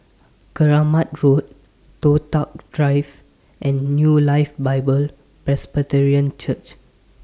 Keramat Road Toh Tuck Drive and New Life Bible Presbyterian Church